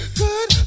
good